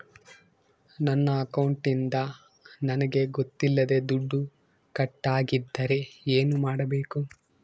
ನನ್ನ ಅಕೌಂಟಿಂದ ನನಗೆ ಗೊತ್ತಿಲ್ಲದೆ ದುಡ್ಡು ಕಟ್ಟಾಗಿದ್ದರೆ ಏನು ಮಾಡಬೇಕು?